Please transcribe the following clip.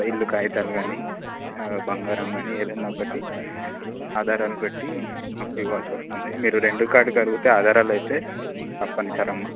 ఇల్లు కాగితాలు కాని బంగారం కాని ఏదన్నా ఒకట్టి ఆధారాలు పెట్టి అప్పు ఇవ్వాల్సి వస్తుంది మీరు రెండు కార్డు కరుగితే ఆధారాలు అయితే తప్పనిసరి అమ్మ